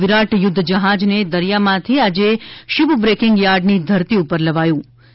વિરાટ યુધ્ધ જહાજને દરિયા માથી આજે શીપબ્રકિંગ યાર્ડની ધરતી ઉપર લવાયુ હતું